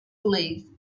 believed